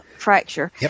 fracture